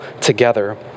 together